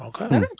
Okay